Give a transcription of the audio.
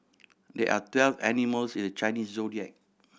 there are twelve animals in the Chinese Zodiac